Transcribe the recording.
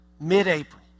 mid-April